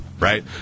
right